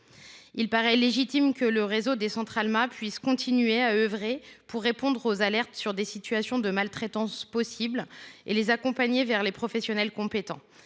Il paraît légitime que le réseau des centres Alma puisse continuer à œuvrer pour répondre aux alertes sur des situations de maltraitance éventuelles et accompagner les personnes concernées